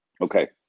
okay